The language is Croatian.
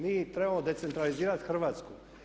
Mi trebamo decentralizirati Hrvatsku.